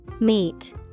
Meet